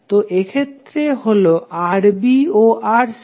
তো এক্ষেত্রে এটা হলো Rb ও Rc